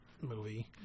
movie